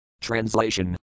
Translation